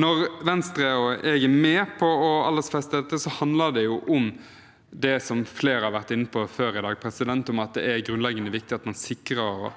Når Venstre og jeg er med på å aldersfeste dette, handler det om det som flere har vært inne på før i dag, at det er grunnleggende viktig at man sikrer